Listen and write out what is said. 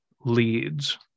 leads